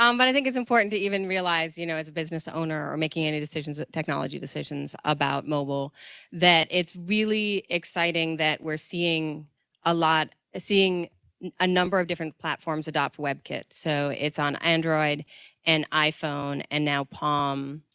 um but i think it's important to even realize, you know, as a business owner or making any decisions or technology decisions about mobile that it's really exciting that we're seeing a lot, seeing a number of different platforms adopt webkit. so it's on android and iphone and now, palm.